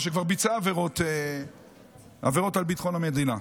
או שכבר ביצע עבירות על ביטחון המדינה.